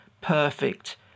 perfect